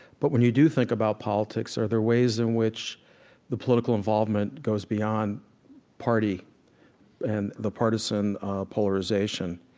but when you do think about politics, are there ways in which the political involvement goes beyond party and the partisan polarization?